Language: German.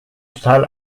total